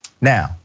Now